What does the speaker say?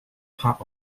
part